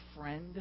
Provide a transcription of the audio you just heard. friend